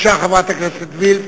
בבקשה, חברת הכנסת וילף,